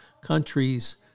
countries